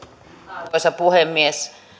arvoisa puhemies